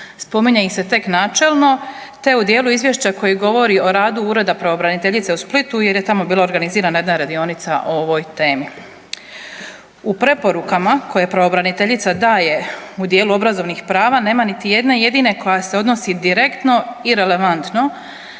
Spominje ih se tek načelno, te u dijelu izvješća koje govori o radu Ureda pravobraniteljice u Splitu jer je tamo bila organizirana jedna radionica o ovoj temi. U preporukama koje pravobraniteljica daje u dijelu obrazovnih prava nema niti jedne jedine koja se odnosi direktno i relevantno